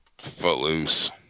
Footloose